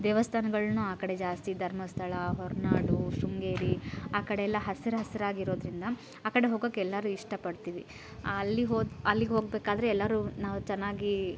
ದೇವಸ್ಥಾನಗಳೂ ಆ ಕಡೆ ಜಾಸ್ತಿ ಧರ್ಮಸ್ಥಳ ಹೊರನಾಡು ಶೃಂಗೇರಿ ಆ ಕಡೆಯೆಲ್ಲ ಹಸ್ರು ಹಸಿರಾಗಿರೋದ್ರಿಂದ ಆ ಕಡೆ ಹೋಗೋಕೆ ಎಲ್ಲಾರು ಇಷ್ಟಪಡ್ತೀವಿ ಅಲ್ಲಿಗೆ ಹೋಗಿ ಅಲ್ಲಿಗೆ ಹೋಗಬೇಕಾದ್ರೆ ಎಲ್ಲರೂ ನಾವು ಚೆನ್ನಾಗಿ